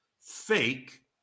fake